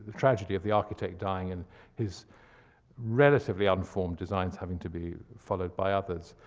tragedy of the architect dying and his relatively unformed designs having to be followed by others.